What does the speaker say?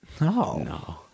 No